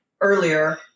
earlier